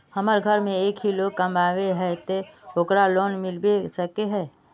हमरा घर में एक ही लोग कमाबै है ते ओकरा लोन मिलबे सके है?